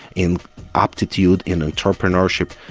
in aptitude in entrepreneurship,